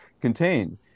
contain